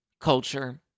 Culture